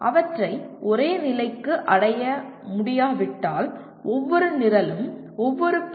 அவற்றை ஒரே நிலைக்கு அடைய முடியாவிட்டால் ஒவ்வொரு நிரலும் ஒவ்வொரு பி